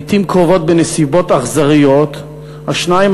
לעתים קרובות בנסיבות אכזריות; השניים